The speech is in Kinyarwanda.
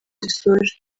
dusoje